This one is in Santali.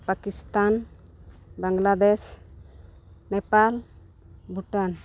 ᱯᱟᱠᱤᱥᱛᱷᱟᱱ ᱵᱟᱝᱞᱟᱫᱮᱥ ᱱᱮᱯᱟᱞ ᱵᱷᱩᱴᱟᱱ